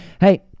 Hey